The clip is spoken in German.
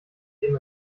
indem